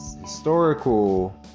historical